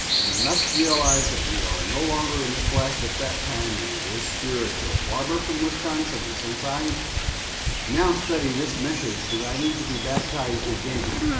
you must realize that we are no longer in the flesh at that time and it is spiritual. barbara from wisconsin, since i now study this message, do i need to be baptized again?